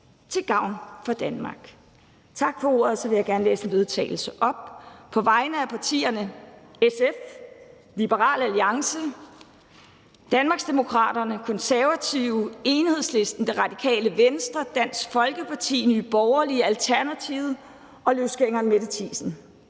til gavn for Danmark. Tak for ordet. Så vil jeg gerne læse et forslag til vedtagelse op på vegne af partierne SF, Liberal Alliance, Danmarksdemokraterne, Det Konservative Folkeparti, Enhedslisten, Radikale Venstre, Dansk Folkeparti, Nye Borgerlige, Alternativet og Mette Thiesen